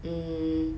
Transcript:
um